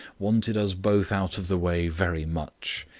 wanted us both out of the way very much.